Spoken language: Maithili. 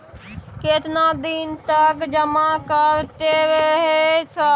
केतना दिन तक जमा करते रहे सर?